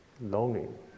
longing